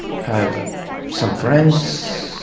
have some friends,